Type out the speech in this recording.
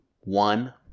one